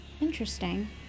Interesting